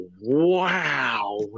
wow